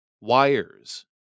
Wires